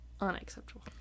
Unacceptable